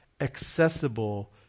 accessible